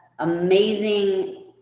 amazing